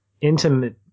intimate